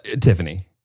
Tiffany